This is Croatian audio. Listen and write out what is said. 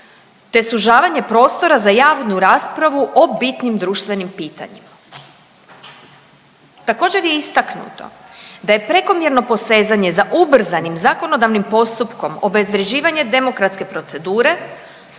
te sužavanje prostora za javnu raspravu o bitnim društvenim pitanjima. Također je istaknuto da je prekomjerno posezanje za ubrzanim zakonodavnim postupkom obezvrjeđivanje demokratske procedure